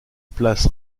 place